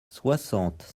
soixante